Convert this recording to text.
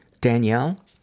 Danielle